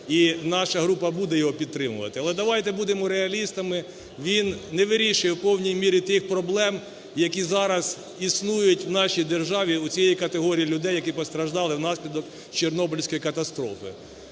і наша група буде його підтримувати. Але давайте будемо реалістами, він не вирішує в повній мірі тих проблем, які зараз існують в нашій державі у цієї категорії людей, які постраждали внаслідок Чорнобильської катастрофи.